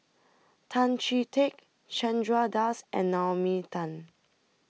Tan Chee Teck Chandra Das and Naomi Tan